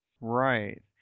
Right